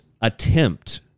attempt